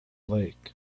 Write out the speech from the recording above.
lake